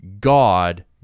God